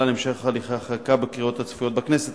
להמשך הליכי החקיקה בקריאות הצפויות בכנסת.